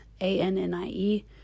A-N-N-I-E